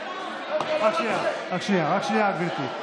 רק שנייה, רק שנייה, גברתי.